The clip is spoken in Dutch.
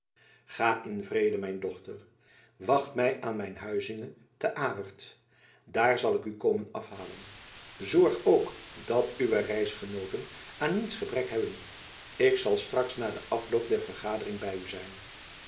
ga in vrede mijn dochter wacht mij aan mijn huizinge te awert daar zal ik u komen afhalen zorg ook dat uwe reisgenooten aan niets gebrek hebben ik zal straks na den afloop der vergadering bij u zijn